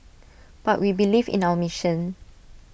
but we believe in our mission